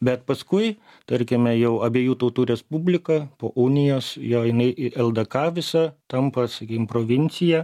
bet paskui tarkime jau abiejų tautų respublika po unijos jo jinai ldk visa tampa sakykim provincija